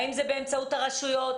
האם זה באמצעות הרשויות.